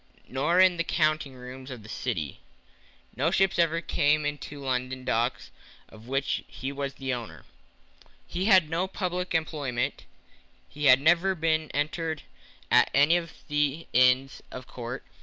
nor in the counting-rooms of the city no ships ever came into london docks of which he was the owner he had no public employment he had never been entered at any of the inns of court,